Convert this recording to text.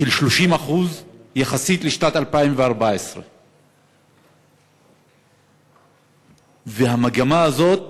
של 30% יחסית לשנת 2014. והמגמה הזאת,